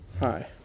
Hi